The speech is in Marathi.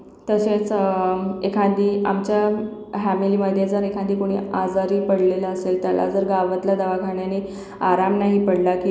तसेच एखादी आमच्या हॅमिलीमध्ये जर एखादी कोणी आजारी पडलेलं असेल त्याला जर गावातल्या दवाखान्याने आराम नाही पडला किंवा